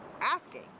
asking